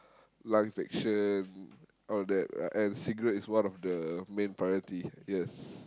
lung infection all that and cigarette is one of the main priority yes